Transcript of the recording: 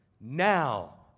Now